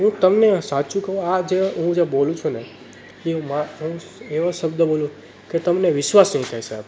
હું તમને સાચું કહું આ જે હું જે બોલું છું ને એમાં હું એવો શબ્દ બોલું કે તમને વિશ્વાસ નહીં થાય સાહેબ